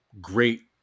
great